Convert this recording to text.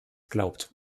glaubt